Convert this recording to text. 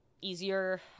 easier